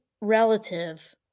relative